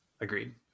Agreed